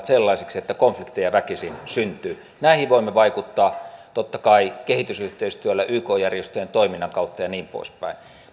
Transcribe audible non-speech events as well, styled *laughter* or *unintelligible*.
*unintelligible* sellaisiksi että konflikteja väkisin syntyy näihin voimme vaikuttaa totta kai kehitysyhteistyöllä yk järjestöjen toiminnan kautta ja niin poispäin